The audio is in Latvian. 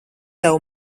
tev